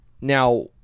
Now